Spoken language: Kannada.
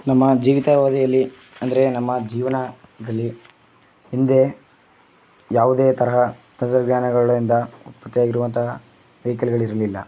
ನಮ್ಮ ಜೀವಿತಾವಧಿಯಲ್ಲಿ ಅಂದರೆ ನಮ್ಮ ಜೀವನದಲ್ಲಿ ಹಿಂದೆ ಯಾವುದೇ ತರಹ ತಂತ್ರಜ್ಞಾನಗಳಿಂದ ಉತ್ಪತ್ತಿಯಾಗಿರುವಂತಹ ವೆಹಿಕಲ್ಗಳು ಇರಲಿಲ್ಲ